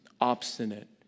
obstinate